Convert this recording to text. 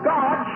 God